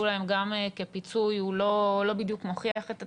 להם גם כפיצוי לא בדיוק מוכיח את עצמו,